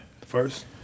First